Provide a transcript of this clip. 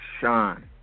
Sean